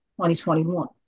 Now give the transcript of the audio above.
2021